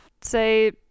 say